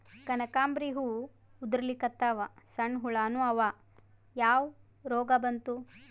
ಕನಕಾಂಬ್ರಿ ಹೂ ಉದ್ರಲಿಕತ್ತಾವ, ಸಣ್ಣ ಹುಳಾನೂ ಅವಾ, ಯಾ ರೋಗಾ ಬಂತು?